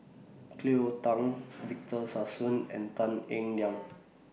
Cleo Thang Victor Sassoon and Tan Eng Liang